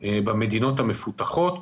במדינות המפותחות.